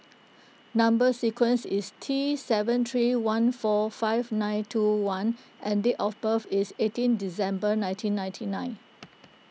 Number Sequence is T seven three one four five nine two one and date of birth is eighteen December nineteen ninety nine